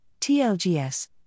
Tlgs